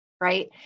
right